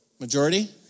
Majority